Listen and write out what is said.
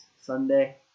Sunday